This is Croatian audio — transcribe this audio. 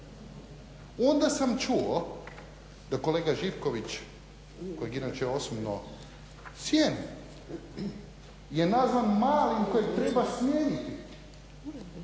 Onda sam čuo da kolega Živković kojeg inače osobno cijenim je nazvan malim kojeg treba smijeniti.